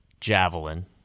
javelin